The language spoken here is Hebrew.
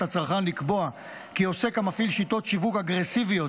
הצרכן לקבוע כי עוסק המפעיל שיטות שיווק אגרסיביות